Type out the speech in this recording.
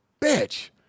bitch